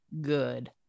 good